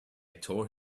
tore